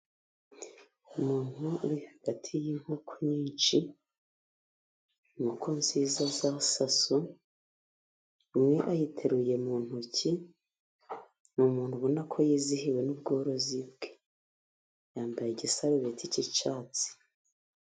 Umuntu uri hagati y'inkoko nyinshi, inkoko nziza za sasu, imwe ayiteruye mu ntoki, ni umuntu ubona ko yizihiwe n'ubworozi bwe. Yambaye igisarubeti cyi'icyatsi.